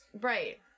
Right